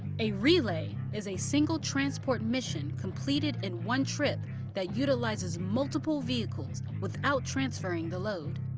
a relay is a single transport mission completed in one trip that utilizes multiple vehicles without transferring the load.